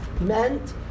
meant